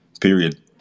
period